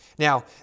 Now